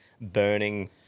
burning